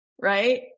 right